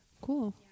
cool